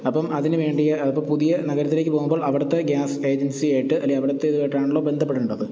അപ്പോള് അതിനുവേണ്ടിയ പുതിയ നഗരത്തിലേക്ക് പോകുമ്പോൾ അവിടുത്തെ ഗ്യാസ് ഏജൻസിയായിട്ട് അല്ലെ അവിടത്തെ ഇതുമായിട്ടാണല്ലോ ബന്ധപ്പെടേണ്ടത്